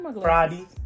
Friday